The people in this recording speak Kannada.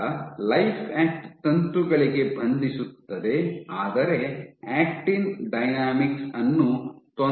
ಈಗ ಲೈಫ್ಯಾಕ್ಟ್ ತಂತುಗಳಿಗೆ ಬಂಧಿಸುತ್ತದೆ ಆದರೆ ಆಕ್ಟಿನ್ ಡೈನಾಮಿಕ್ಸ್ ಅನ್ನು ತೊಂದರೆಗೊಳಿಸದೆ